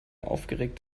aufgeregt